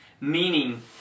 Meaning